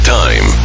time